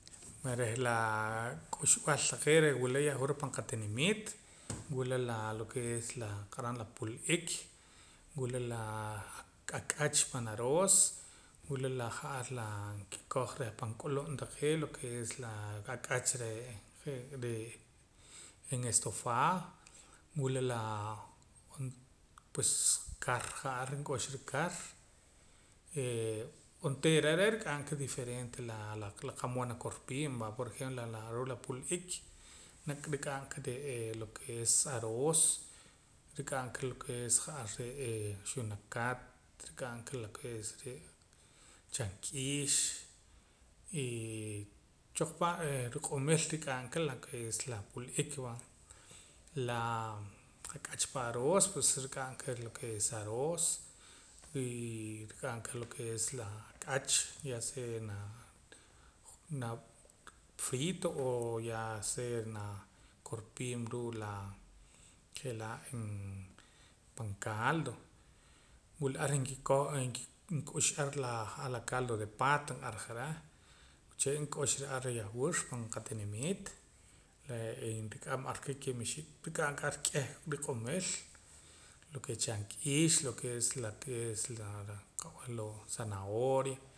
Reh laa k'uxb'al taqee' reh wila yahwur reh pan qatinimiit wila laa lo ke es la q'aram la pul'ik wila laa ak'ach pan aroos wila la ja'ar laa nkikoj reh pan k'ulub' taqee' lo ke es laa ak'ach je' ree' en estofado wila laa pues kar ja'ar nk'uxura kar onteera are' nrik'am ka diferente la qa'mood nakorpiim va por ejemplo reh ruu' la pul'ik rik'am ka lo ke es aroos rik'a ka lo ke ja'ar lo ke es xunakat rik'am ka lo ke es re' cham k'iix y choq pa' riq'omil rik'am ka lo ke es la pul'ik la k'ach pan aroos pues rik'am ka lo ke es aroos rik'am ka lo ke es la ak'ach ya sea na nafrito o ya sea nakorpiim ruu' la je'laa en pan caldo wila ar nkikoj nkik'ux ja'ar la caldo de pata nq'aja reh wuche' nk'uxa ar yauhwur pan qatinimiit re'ee rik'am ar ka ka'ab' ixib' rik'am ka ar k'eh riq'omil lo ke re' chamk'iix lo ke es la qa'b'eh loo' zanahoria